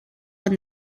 when